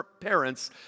parents